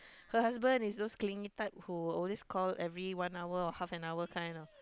her husband is those clingy type who always call every one hour so half an hour kind lah